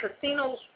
casinos